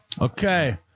Okay